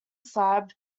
slab